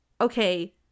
Okay